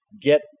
get